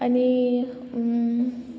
आनी